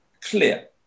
clear